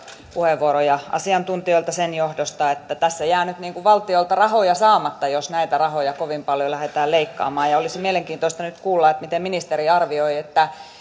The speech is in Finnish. puheenvuoroja asiantuntijoilta sen johdosta että tässä jää nyt valtiolta rahoja saamatta jos näitä rahoja kovin paljon lähdetään leikkaamaan olisi mielenkiintoista nyt kuulla miten ministeri arvioi